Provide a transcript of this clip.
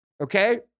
okay